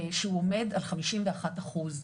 שהוא עומד על חמישים ואחד אחוז.